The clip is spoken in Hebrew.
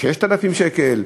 6,000 שקל,